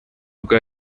bwa